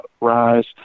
rise